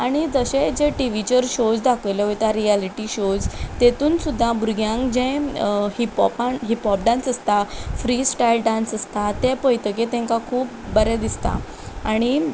ट टी वीचेर शोज दाखयले वयता रियलिटी शोज तेतून सुद्दां भुरग्यांक जे हिपहॉपान हिपहॉप डांस आसता फ्री स्टायल डांस आसता ते पळयतकच तेंका खूब बरें दिसता आनी